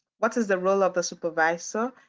what is the role of the supervisor.